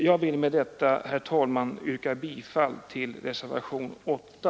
Jag vill med detta, herr talman, yrka bifall till reservationen 8.